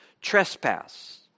trespass